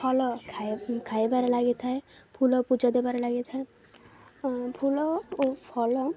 ଫଳ ଖାଇବାରେ ଲାଗିଥାଏ ଫୁଲ ପୂଜା ଦେବାରେ ଲାଗିଥାଏ ଫୁଲ ଓ ଫଳ